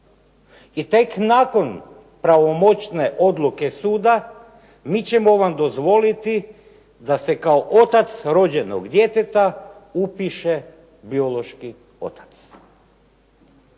i tek nakon pravomoćne odluke suda mi ćemo vam dozvoliti da se kao otac rođenog djeteta upiše biološki otac."